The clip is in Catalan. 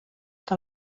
que